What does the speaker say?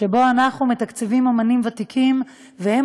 שבו אנחנו מתקצבים אמנים ותיקים והם